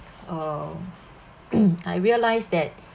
uh I realise that